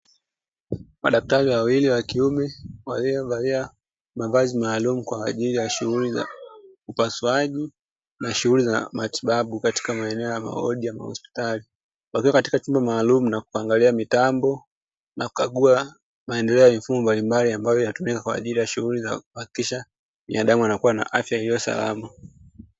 Madaktari wawili wa kiume walio valia mavazi maalumu kwa ajili ya shughuli za upasuaji na shughuli za matibabu katika maeneo ya mawodi ya mahospitali, wakiwa katika chumba maalumu na kuangalia mitambo na kukagua maendeleo ya mifumo mbalimbali, ambayo inatumika kwa ajili ya shughuli za kuhakikisha binadamu anakuwa na afya iliyo salama.